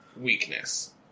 weakness